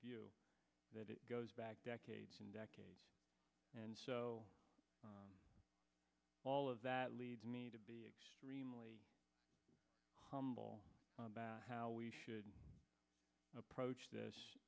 view that it goes back decades and decades and so all of that leads me to be extremely humble about how we should approach this